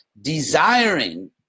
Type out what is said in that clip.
Desiring